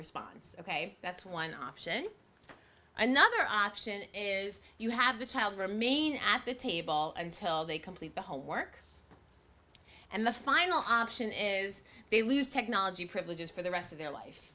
response ok that's one option another option is you have the child remain at the table until they complete the homework and the final option is they lose technology privileges for the rest of their